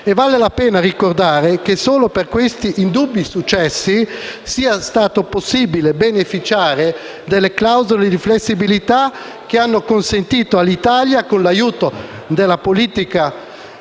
Vale la pena ricordare che solo per questi indubbi successi sia stato possibile beneficiare delle clausole di flessibilità che hanno consentito all'Italia, con l'aiuto della mirata